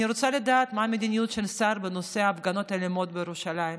אני רוצה לדעת מה המדיניות של השר בנושא ההפגנות האלימות בירושלים,